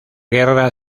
guerra